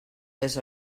les